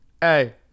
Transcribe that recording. Hey